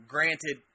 Granted